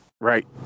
right